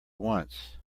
once